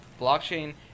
blockchain